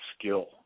skill